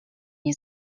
nie